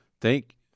Thank